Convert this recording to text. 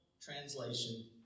translation